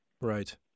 Right